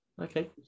Okay